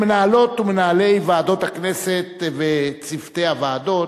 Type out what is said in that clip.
למנהלות ולמנהלי ועדות הכנסת ולצוותי הוועדות,